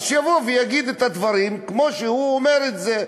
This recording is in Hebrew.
אז שיבוא ויגיד את הדברים כמו שהוא אומר את זה,